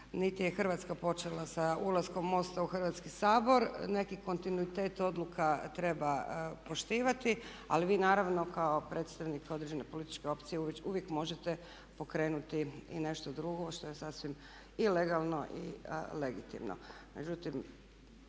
niti je Hrvatska počela sa ulaskom MOST-a u Hrvatski sabor. Neki kontinuitet odluka treba poštivati. Ali vi naravno kao predstavnik određene političke opcije uvijek možete pokrenuti i nešto drugo što je sasvim i legalno i legitimno.